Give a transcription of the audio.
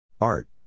Art